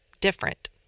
different